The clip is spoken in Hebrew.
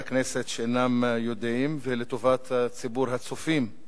הכנסת שאינם יודעים ולטובת ציבור הצופים.